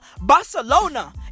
Barcelona